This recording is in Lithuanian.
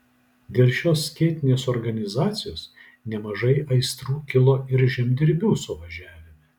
dėl šios skėtinės organizacijos nemažai aistrų kilo ir žemdirbių suvažiavime